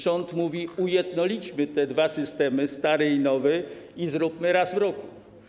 Rząd mówi: ujednolićmy te dwa systemy, stary i nowy, i zróbmy to raz w roku.